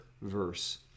verse